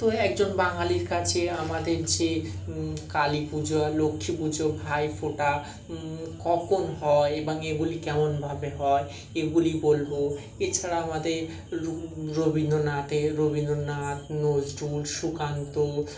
তো একজন বাঙালির কাছে আমাদের যে কালী পুজো লক্ষ্মী পুজো ভাইফোঁটা কখন হয় এবং এগুলি কেমনভাবে হয় এগুলি বলবো এছাড়া আমাদের র রবীন্দ্রনাথের রবীন্দ্রনাথ নজরুল সুকান্ত